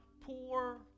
poor